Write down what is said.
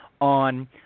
on